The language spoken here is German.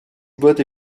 wurde